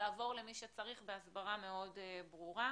יעבור למי שצריך בהסברה מאוד ברורה.